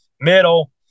middle